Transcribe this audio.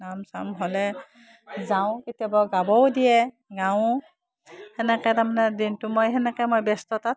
নাম চাম হ'লে যাওঁ কেতিয়াবা গাবও দিয়ে গাওঁ সেনেকৈ তাৰমানে দিনটো মই সেনেকৈ মই ব্যস্ততাত